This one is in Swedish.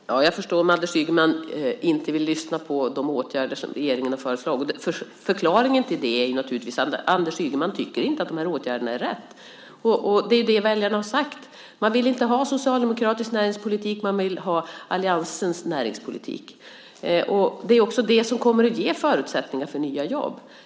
Herr talman! Jag förstår om Anders Ygeman inte vill lyssna på de åtgärder som regeringen har föreslagit. Förklaringen till det är naturligtvis att Anders Ygeman inte tycker att dessa åtgärder är riktiga. Väljarna har sagt att de inte vill ha en socialdemokratisk näringspolitik, utan de vill ha alliansens näringspolitik. Det är också det som kommer att ge förutsättningar för nya jobb.